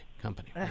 company